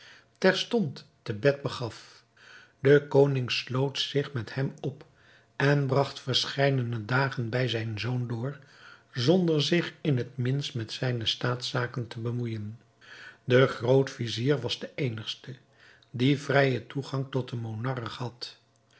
terstond te bed begaf de koning sloot zich met hem op en bragt verscheidene dagen bij zijn zoon door zonder zich in het minst met zijne staatszaken te bemoeijen de groot-vizier was de eenigste die vrijen toegang tot den monarch had